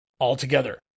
altogether